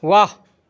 वाह